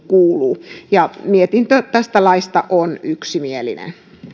kuuluu mietintö tästä laista on yksimielinen